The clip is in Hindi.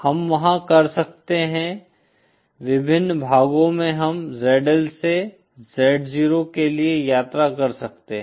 हम वहाँ कर सकते हैं विभिन्न भागों में हम ZL से Z0 के लिए यात्रा कर सकते हैं